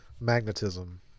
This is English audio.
magnetism